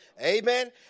Amen